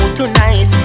tonight